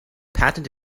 patent